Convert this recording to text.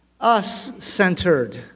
us-centered